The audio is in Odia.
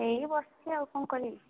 ଏଇ ବସିଛି ଆଉ କ'ଣ କରିବି